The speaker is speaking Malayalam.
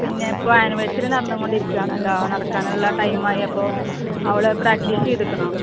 പിന്നെ ഇപ്പം ആനിവേഴ്സറി നടന്നുകൊണ്ടിരിക്കുവാണല്ലോ അത് നടക്കാനുള്ള ടൈം ആയപ്പോൾ അവൾ പ്രാക്റ്റീസ് ചെയ്തേക്കണോ